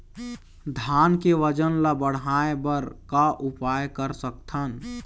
धान के वजन ला बढ़ाएं बर का उपाय कर सकथन?